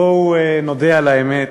בואו נודה על האמת,